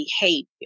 behavior